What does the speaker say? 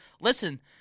listen